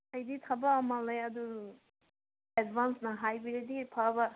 ꯑꯩꯗꯤ ꯊꯕꯛ ꯑꯃ ꯂꯩ ꯑꯗꯨ ꯑꯦꯠꯚꯥꯟꯁꯅ ꯍꯥꯏꯕꯤꯔꯗꯤ ꯐꯕ